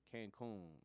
Cancun